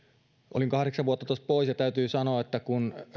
olin kahdeksan vuotta tuossa pois ja täytyy sanoa että kun